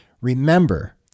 Remember